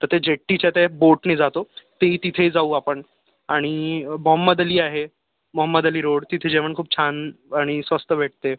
तर ते जेट्टीच्या त्या बोटने जातो तेही तिथे जाऊ आपण आणि बॉममदअली आहे मोहम्मदअली रोड तिथे जेवण खूप छान आणि स्वस्त भेटते